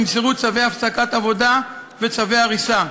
נמסרו צווי הפסקת עבודה וצווי הריסה.